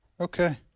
Okay